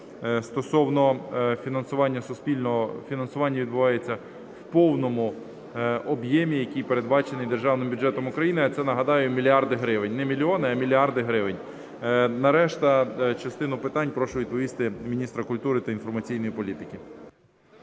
Стосовно фінансування суспільного. Фінансування відбувається в повному об'ємі, який передбачений державним бюджетом України, а це, нагадаю, мільярди гривень, не мільйони, а мільярди гривень. На решту частину питань прошу відповісти міністра культури та інформаційної політики.